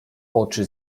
oczy